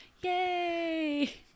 Yay